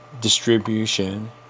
distribution